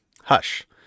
hush